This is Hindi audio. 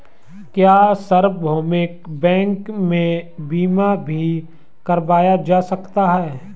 क्या सार्वभौमिक बैंक में बीमा भी करवाया जा सकता है?